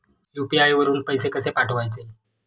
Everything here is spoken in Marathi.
यु.पी.आय वरून पैसे कसे पाठवायचे?